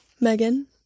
Megan